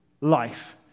life